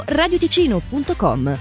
radioticino.com